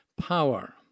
Power